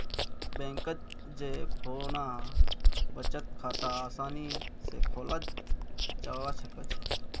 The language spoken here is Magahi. बैंकत जै खुना बचत खाता आसानी स खोलाल जाबा सखछेक